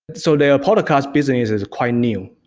so, their podcast business is quite new.